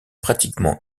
pratiquement